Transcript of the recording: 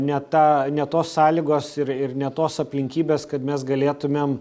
ne ta ne tos sąlygos ir ir ne tos aplinkybės kad mes galėtumėm